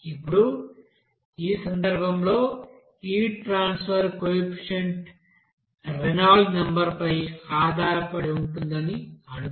ఇప్పుడు ఆ సందర్భంలో heat transfer coefficient Reynold number పై ఆధారపడి ఉంటుందని అనుకుందాం